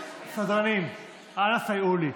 סדרנים, אנא סייעו לי.